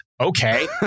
Okay